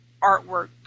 artwork